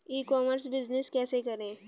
ई commerce business कैसे करें?